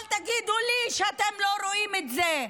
אל תגידו לי שאתם לא רואים את זה.